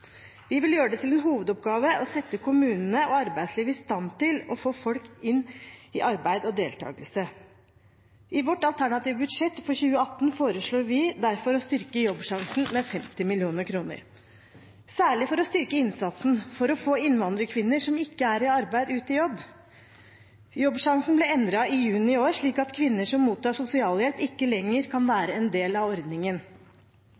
Vi vil gjøre det til en hovedoppgave å sette kommunene og arbeidslivet i stand til å få folk inn i arbeid og deltakelse. I vårt alternative budsjett for 2018 foreslår vi derfor å styrke Jobbsjansen med 50 mill. kr, særlig for å styrke innsatsen for å få innvandrerkvinner som ikke er i arbeid, ut i jobb. Jobbsjansen ble endret i juni i år, slik at kvinner som mottar sosialhjelp, ikke lenger kan